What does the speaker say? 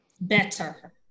Better